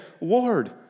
Lord